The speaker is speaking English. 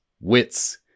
wits